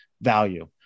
value